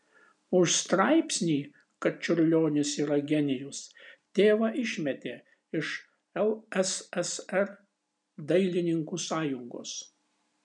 už straipsnį kad čiurlionis yra genijus tėvą išmetė iš lssr dailininkų sąjungos